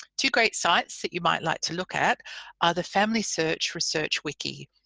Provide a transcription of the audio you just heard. two great sites that you might like to look at are the familysearch research wiki,